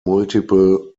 multiple